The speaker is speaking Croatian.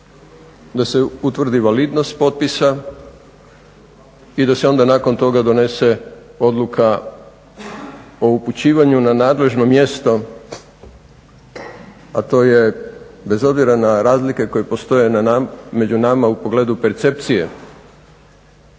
da se utvrdi invalidnost potpisa i da se onda nakon toga donese odluka o upućivanju na nadležno mjesto a to je bez obzira na razlike koje postoje među nama u pogledu percepcije